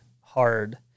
hard